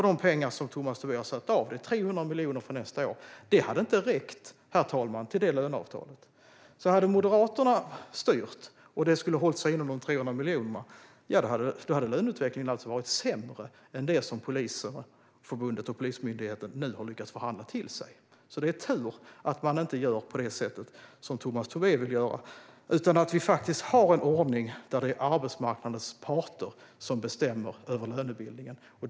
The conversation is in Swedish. De pengar som Tomas Tobé har satt av, 300 miljoner för nästa år, hade inte räckt till det löneavtalet. Hade Moderaterna styrt och hållit sig inom de 300 miljonerna hade löneutvecklingen varit sämre än det som Polisförbundet och Polismyndigheten nu har lyckats förhandla till sig. Det är tur att man inte gör på det sätt som Tomas Tobé vill göra utan att vi har en ordning där det är arbetsmarknadens parter som bestämmer över lönebildningen.